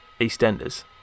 EastEnders